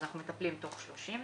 אנחנו מטפלים תוך 30 ימים,